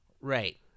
right